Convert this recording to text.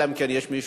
אלא אם כן יש מישהו,